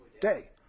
day